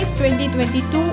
2022